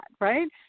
right